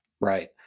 Right